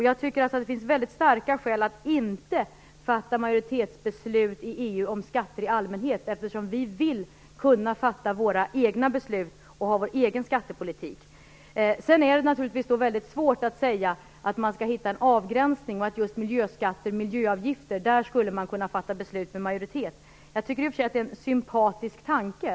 Jag tycker att det finns starka skäl för att inte fatta majoritetsbeslut i EU om skatter i allmänhet, eftersom vi vill kunna fatta våra egna beslut och ha vår egen skattepolitik. Det är naturligtvis mycket svårt att hitta en avgränsning och säga att man just när det gäller miljöskatter och miljöavgifter skulle kunna fatta beslut med majoritet. Jag tycker i och för sig att det är en sympatisk tanke.